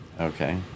Okay